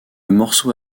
morceau